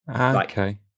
Okay